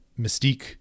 Mystique